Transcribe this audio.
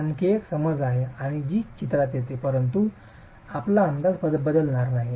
तर ही आणखी एक समज आहे जी चित्रात येते परंतु आपला अंदाज बदलणार नाही